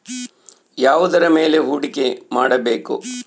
ಯಾವುದರ ಮೇಲೆ ಹೂಡಿಕೆ ಮಾಡಬೇಕು?